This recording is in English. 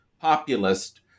populist